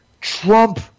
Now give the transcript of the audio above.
Trump